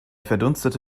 verdunstende